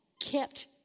kept